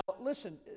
listen